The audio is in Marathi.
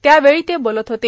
त्यावेळी ते बोलत होते